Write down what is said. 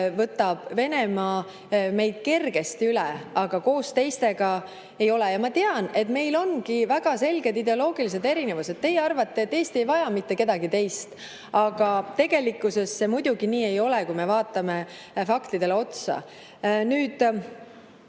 võtab Venemaa meid kergesti üle, aga kui oleme koos teistega, siis ei ole see võimalik. Ma tean, et meil ongi väga selged ideoloogilised erinevused. Teie arvate, et Eesti ei vaja mitte kedagi teist, aga tegelikkuses see muidugi nii ei ole, kui me faktidele otsa